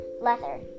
leather